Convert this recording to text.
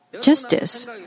justice